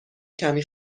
کمی